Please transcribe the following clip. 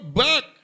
back